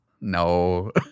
no